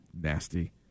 nasty